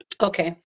Okay